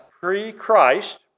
pre-Christ